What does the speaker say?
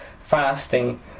fasting